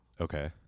okay